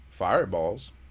Fireballs